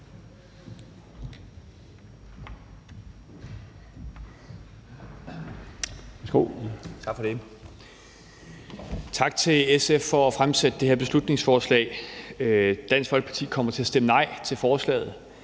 Tak til SF for at fremsætte det her beslutningsforslag. Dansk Folkeparti kommer til at stemme nej til forslaget